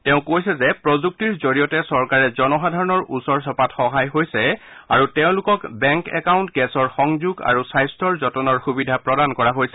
তেওঁ কৈছে যে প্ৰযুক্তিৰ জড়িয়তে চৰকাৰে জনসাধাৰণৰ ওচৰ চপাত সহায় হৈছে আৰু তেওঁলোকক বেংক একাউণ্ট গেছৰ সংযোগ আৰু স্বাস্থৰ যতনৰ সুবিধা প্ৰদান কৰা হৈছে